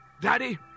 Daddy